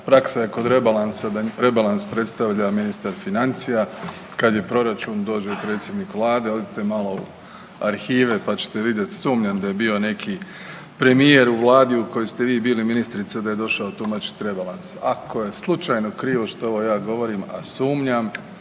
praksa je kod rebalansa da rebalans predstavlja ministar financija, kad je proračun dođe predsjednik vlade, odite malo u arhive pa ćete vidjet, sumnjam da je bio neki premijer u vladi u kojoj ste vi bili ministrica da je došao tumačit rebalans. Ako je slučajno krivo što ovo ja govorim, a sumnjam